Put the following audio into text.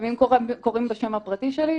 לפעמים קוראים בשם הפרטי שלי,